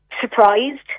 surprised